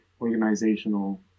organizational